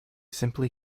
simply